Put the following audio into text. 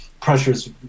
pressures